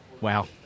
Wow